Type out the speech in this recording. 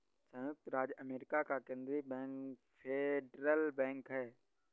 सयुक्त राज्य अमेरिका का केन्द्रीय बैंक फेडरल बैंक है